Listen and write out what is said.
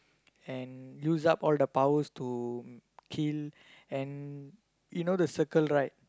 and use up all the powers to kill and you know the circle right